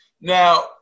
Now